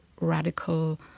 radical